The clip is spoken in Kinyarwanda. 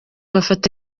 bafashe